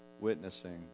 witnessing